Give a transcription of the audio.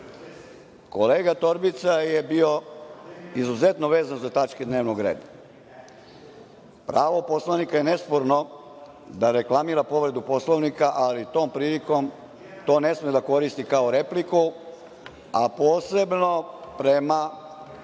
tu. Kolega Torbica, bio je izuzetno vezan za tačke dnevnog reda. Pravo poslanika je nesporno da reklamira povredu Poslovnika, ali tom prilikom to ne sme da koristi kao repliku, a posebno prema